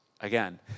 Again